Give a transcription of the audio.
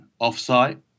offsite